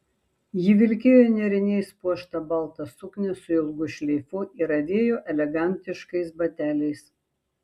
ji vilkėjo nėriniais puoštą baltą suknią su ilgu šleifu ir avėjo elegantiškais bateliais